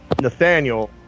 Nathaniel